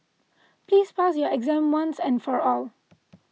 please pass your exam once and for all